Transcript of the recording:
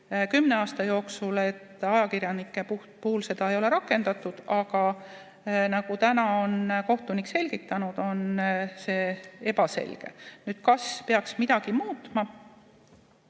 kümne aasta jooksul olnud see, et ajakirjanike puhul seda ei ole rakendatud, aga nagu on kohtunik selgitanud, on see ebaselge. Kas peaks midagi muutma?